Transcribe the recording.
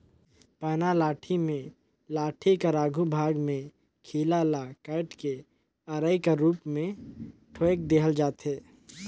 पैना लाठी मे लाठी कर आघु भाग मे खीला ल काएट के अरई कर रूप मे ठोएक देहल जाथे